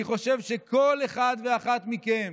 אני חושב שכל אחד ואחת מכם